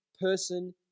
person